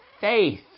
faith